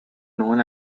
known